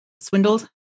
swindled